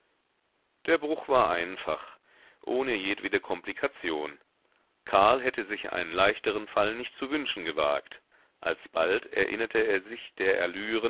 der bruch war einfach ohne jedwede komplikation karl hätte sich einen leichteren fall nicht zu wünschen gewagt alsbald erinnerte er sich der